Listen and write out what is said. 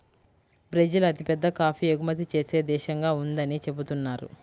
Brazil అతిపెద్ద coffee ఎగుమతి చేసే దేశంగా ఉందని చెబుతున్నారు